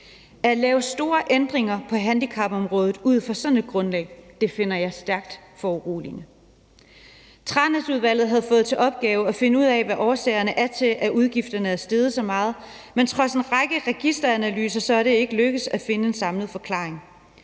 At lave store ændringer på handicapområdet ud fra sådan et grundlag finder jeg stærkt foruroligende. Tranæsudvalget havde fået til opgave at finde ud af, hvad årsagerne til, at udgifterne er steget så meget, er, men trods en række registeranalyser er det ikke lykkedes at finde en samlet forklaring.